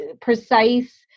precise